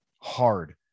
hard